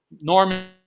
Norman